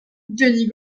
denis